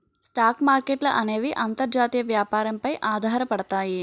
stock మార్కెట్ల అనేవి అంతర్జాతీయ వ్యాపారం పై ఆధారపడతాయి